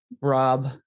rob